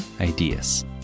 ideas